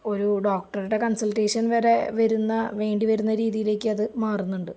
ഒരു ഡോക്ടറുടെ കൺസൾട്ടേഷൻ വരെ വരുന്ന വേണ്ടി വരുന്ന രീതിയിലേക്ക് അത് മാറുന്നുണ്ട്